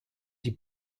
die